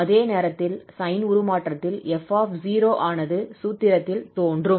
அதே நேரத்தில் sine உருமாற்றத்தில் 𝑓 ஆனது சூத்திரத்தில் தோன்றும்